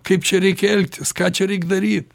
kaip čia reikia elgtis ką čia reik daryt